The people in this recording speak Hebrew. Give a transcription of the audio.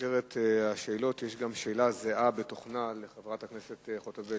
במסגרת השאלות יש גם שאלה זהה בתוכנה לחברת הכנסת חוטובלי.